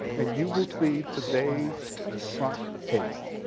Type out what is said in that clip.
and you will see today's front page.